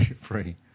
free